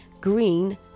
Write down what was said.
green